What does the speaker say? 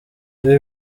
ibi